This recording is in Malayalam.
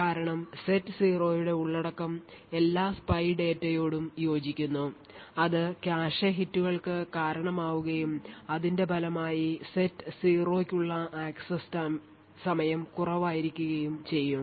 കാരണം സെറ്റ് 0 യുടെ ഉള്ളടക്കം എല്ലാ spy data യോടും യോജിക്കുന്നു അത് കാഷെ ഹിറ്റുകൾക്ക് കാരണമാവുകയും അതിന്റെ ഫലമായി സെറ്റ് 0 ക്കുള്ള ആക്സസ് സമയം കുറവായിരിക്കുകയും ചെയ്യും